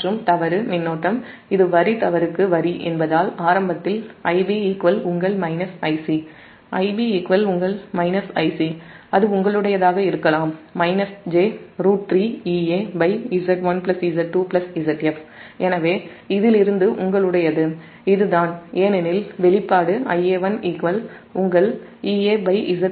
மற்றும் தவறு மின்னோட்டம் இது வரி தவறுக்கு வரி என்பதால் ஆரம்பத்தில் Ib உங்கள் Ic Ib Ic அது உங்களுடையதாக இருக்கலாம் j√3EaZZ2Zf எனவே இதிலிருந்து உங்களுடையது ஏனெனில் வெளிப்பாடு Ia1 EaZZ2Zf